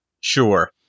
Sure